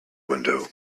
window